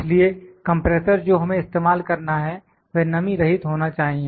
इसलिए कंप्रेसर जो हमें इस्तेमाल करना है वह नमी रहित होना चाहिए